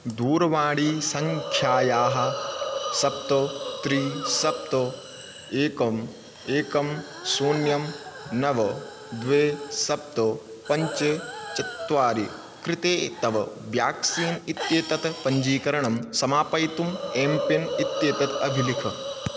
दूरवाणीसङ्ख्यायाः सप्त त्रिणि सप्त एकम् एकं शून्यं नव द्वे सप्त पञ्च् चत्वारि कृते तव व्याक्सीन् इत्येतत् पञ्जीकरणं समापयितुम् एम्पिन् इत्येतत् अभिलिख